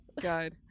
God